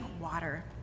water